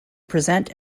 present